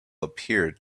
appeared